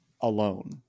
alone